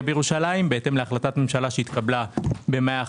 בירושלים בהתאם להחלטת ממשלה שהתקבלה במאי האחרון.